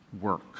work